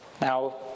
Now